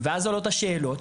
ואז עולות השאלות,